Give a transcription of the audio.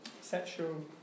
sexual